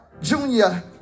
Junior